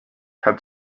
had